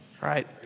right